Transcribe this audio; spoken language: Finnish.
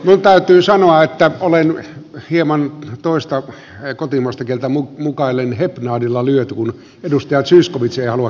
minun täytyy sanoa että olen hieman toista kotimaista kieltä mukaillen häpnadilla lyöty kun edustaja zyskowicz ei halua käyttää puheenvuoroa